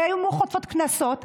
הן היו חוטפות קנסות,